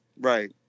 Right